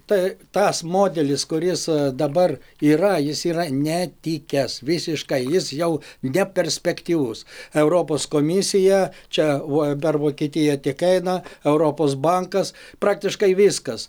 tai tas modelis kuris dabar yra jis yra netikęs visiškai jis jau neperspektyvus europos komisija čia vuo dar vokietija tik eina europos bankas praktiškai viskas